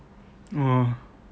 !wah!